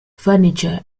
furniture